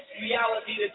reality